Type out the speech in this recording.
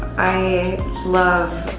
i love